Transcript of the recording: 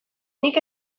nik